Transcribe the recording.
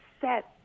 set